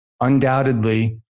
undoubtedly